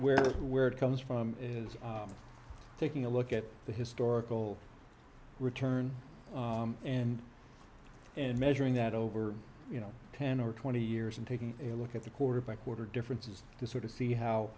where where it comes from is taking a look at the historical return and and measuring that over you know ten or twenty years and taking a look at the quarter by quarter differences to sort of see how